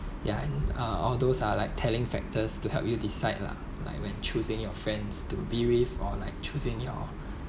ya uh all those are like telling factors to help you decide lah like when choosing your friends to bereave or like choosing your